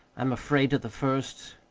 i'm afraid, at the first,